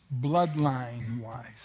bloodline-wise